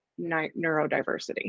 neurodiversity